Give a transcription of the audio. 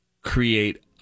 create